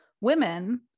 women